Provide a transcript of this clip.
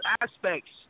aspects